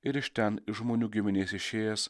ir iš ten iš žmonių giminės išėjęs